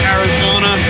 Arizona